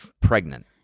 Pregnant